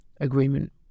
agreement